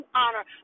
honor